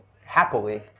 happily